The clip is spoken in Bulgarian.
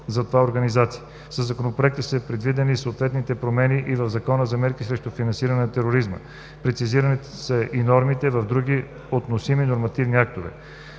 за това организации. Със Законопроекта са предвидени съответните промени и в Закона за мерките срещу финансиране на тероризма. Прецизирани са и норми в други относими нормативни актове.